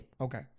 Okay